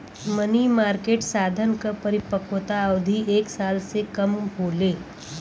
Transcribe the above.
मनी market साधन क परिपक्वता अवधि एक साल से कम होले